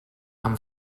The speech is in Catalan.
amb